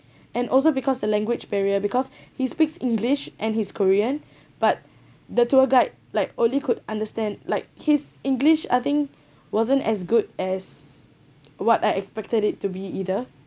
and also because the language barrier because he speaks english and his korean but the tour guide like only could understand like his english I think wasn't as good as what I expected it to be either